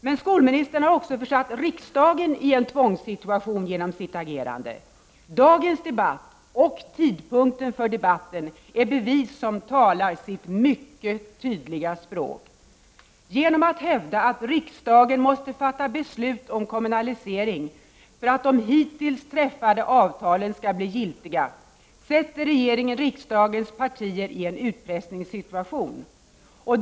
Men skolministern har också genom sitt agerande försatt riksdagen i en tvångssituation. Dagens debatt — och tidpunkten för debatten — är bevis som talar sitt mycket tydliga språk. Genom att hävda att riksdagen måste fatta beslut om kommunalisering för att de hittills träffade avtalen skall bli giltiga, försätter regeringen riksdagens partier i en utpressningssituation.